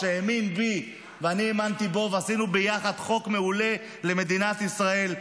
שהאמין בי ואני האמנתי בו ועשינו ביחד חוק מעולה למדינת ישראל,